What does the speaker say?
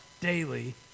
daily